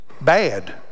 bad